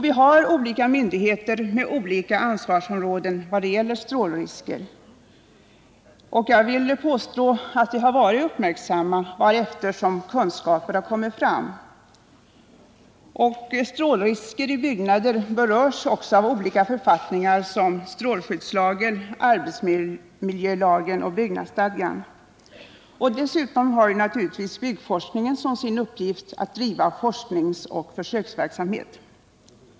Vi harolika myndigheter med olika ansvarsområden i vad gäller strålrisker, och jag vill påstå att de blivit alltmer uppmärksamma allteftersom kunskaperna har ökat. Strålrisker i byggnader berörs också i olika författningar som strålskyddslagen, arbetsmiljölagen och byggnadsstadgan. Dessutom har naturligtvis Byggforskningen som sin uppgift att driva forskningsoch försöksverksamhet.